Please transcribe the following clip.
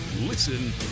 Listen